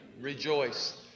Rejoice